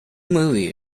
movie